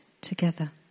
together